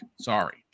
Sorry